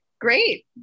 Great